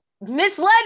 misled